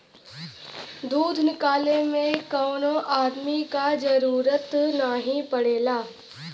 दूध निकाले में कौनो अदमी क जरूरत नाही पड़ेला